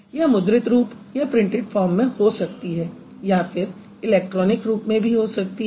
यह मुद्रित रूप में हो सकती या फिर इलैक्ट्रॉनिक रूप में भी हो सकती है